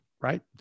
Right